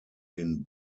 den